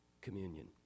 communion